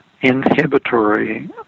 inhibitory